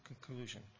conclusion